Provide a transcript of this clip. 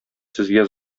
сезгә